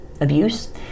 abuse